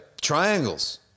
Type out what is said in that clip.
Triangles